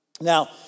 Now